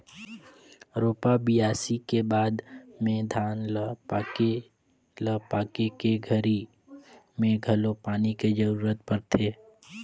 रोपा, बियासी के बाद में धान ल पाके ल पाके के घरी मे घलो पानी के जरूरत परथे